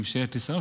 עם ממשלת ישראל,